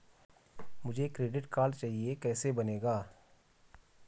मुझे credit card चाहिए कैसे बनेगा?